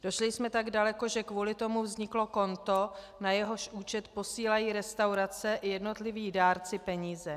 Došli jsme tak daleko, že kvůli tomu vzniklo konto, na jehož účet posílají restaurace i jednotliví dárci peníze.